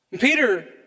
Peter